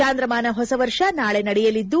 ಚಾಂದ್ರಮಾನ ಹೊಸ ವರ್ಷ ನಾಳೆ ನಡೆಯಲಿದ್ದು